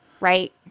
Right